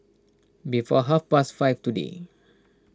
before half past five today